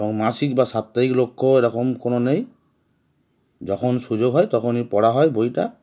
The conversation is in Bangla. এবং মাসিক বা সাপ্তাহিক লক্ষ্য এরকম কোনো নেই যখন সুযোগ হয় তখনই পড়া হয় বইটা